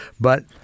But-